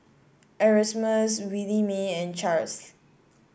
Erasmus Williemae and Charls